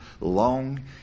long